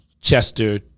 Chester